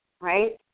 right